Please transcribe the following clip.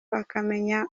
akamenya